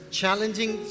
challenging